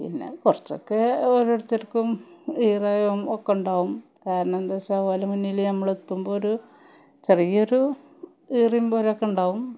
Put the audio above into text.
പിന്നെ കുറച്ചൊക്കെ ഒരോരുത്തർക്കും ഈറയും ഒക്കെ ഉണ്ടാവും കാരണെന്താച്ചാ ഓലെ മുന്നിൽ നമ്മൾ എത്തുമ്പോൾ ഒരു ചെറിയ ഒരു ഈറിങ്ങ് പോലെയൊക്കെ ഉണ്ടാവും